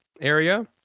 area